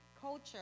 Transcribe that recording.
culture